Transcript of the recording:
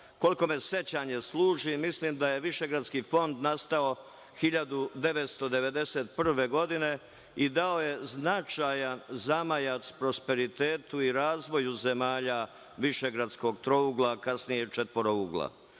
Koliko me sećanje služi, mislim da je Višegradski fond nastao 1991. godine i dao je značajan zamajac prosperitetu i razvoju zemalja višegradskog trougla, a kasnije i četvorougla.